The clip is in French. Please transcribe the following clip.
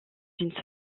une